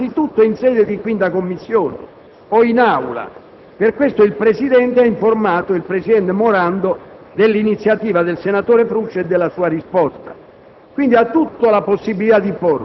che potrà essere esaminata anzitutto in sede di 5a Commissione. Per questo il Presidente ha informato il presidente Morando dell'iniziativa del senatore Fruscio e della sua risposta.